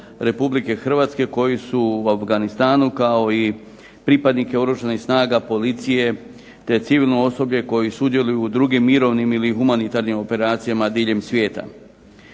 Republike Hrvatske koji su u Afganistanu, kao i pripadnike oružanih snaga policije, te civilno osoblje koji sudjeluju u drugim mirovnim ili humanitarnim operacijama diljem svijeta.